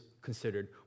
considered